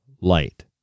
light